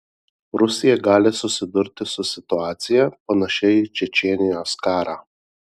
rusija gali susidurti su situacija panašia į čečėnijos karą